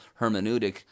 hermeneutic